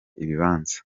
ibibanza